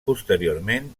posteriorment